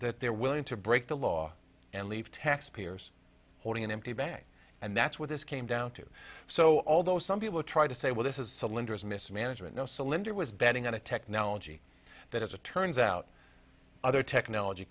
that they're willing to break the law and leave taxpayers holding an empty bank and that's what this came down to so although some people try to say well this is the lenders mismanagement no so linder was betting on a technology that as it turns out other technology